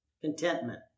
Contentment